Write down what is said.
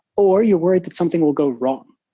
or you're worried that something will go wrong.